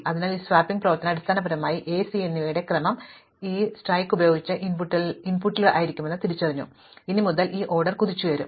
അതിനാൽ ഈ സ്വാപ്പിംഗ് പ്രവർത്തനം അടിസ്ഥാനപരമായി എ സി എന്നിവയുടെ ക്രമം ഈ സ്ട്രൈക്ക് ഉപയോഗിച്ച് ഇൻപുട്ടിലുണ്ടായിരുന്നുവെന്ന് തിരിച്ചറിഞ്ഞു അതിനാൽ ഇനി മുതൽ ഈ ഓർഡർ കുതിച്ചുയരും